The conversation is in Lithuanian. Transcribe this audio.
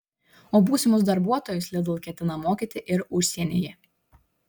o būsimus darbuotojus lidl ketina mokyti ir užsienyje